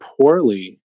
poorly